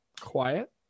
quiet